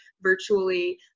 virtually